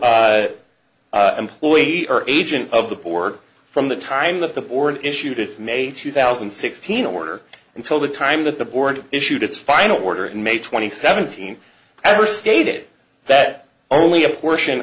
no employee or agent of the board from the time that the board issued its may two thousand and sixteen order until the time that the board issued its final order and may twenty seventeen ever stated that only a portion